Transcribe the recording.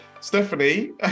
Stephanie